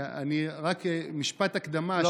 רק משפט הקדמה.